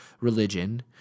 religion